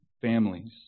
families